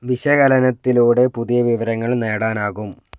വിശകലനത്തിലൂടെ പുതിയ വിവരങ്ങൾ നേടാനാകും